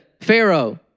Pharaoh